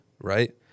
right